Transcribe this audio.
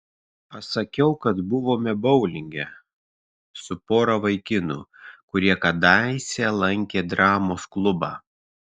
pasakiau kad buvome boulinge su pora vaikinų kurie kadaise lankė dramos klubą